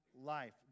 life